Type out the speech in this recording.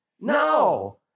No